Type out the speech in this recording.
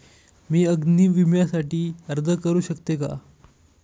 मी अग्नी विम्यासाठी अर्ज करू शकते का?